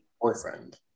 boyfriend